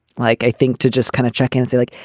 like i think to just kind of check and say, like,